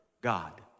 God